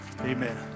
Amen